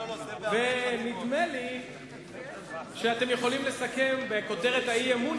ונדמה לי שאתם יכולים לסכם בכותרת האי-אמון